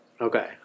Okay